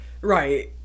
right